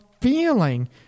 feeling